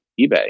ebay